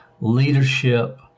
leadership